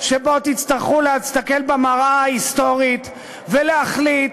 שבו תצטרכו להסתכל במראה ההיסטורית ולהחליט,